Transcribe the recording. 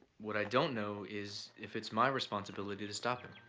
what i don't know is if it's my responsibility to stop him.